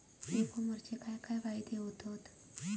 E कॉमर्सचे काय काय फायदे होतत?